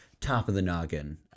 top-of-the-noggin